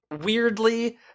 weirdly